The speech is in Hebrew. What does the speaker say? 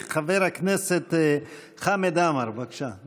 חבר הכנסת חמד עמאר, בבקשה.